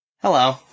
Hello